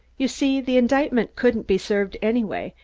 you see, the indictment couldn't be served anyway,